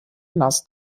nass